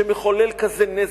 שמחולל כזה נזק,